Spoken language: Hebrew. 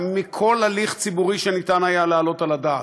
גם בכל הליך ציבורי שניתן היה להעלות על הדעת.